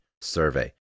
survey